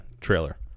trailer